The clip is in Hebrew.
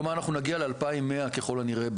כלומר אנחנו נגיע ל-2,100 ככל הנראה,